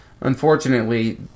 Unfortunately